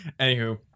Anywho